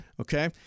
Okay